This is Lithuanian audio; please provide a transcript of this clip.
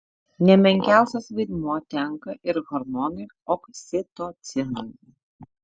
ne menkiausias vaidmuo tenka ir hormonui oksitocinui